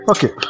Okay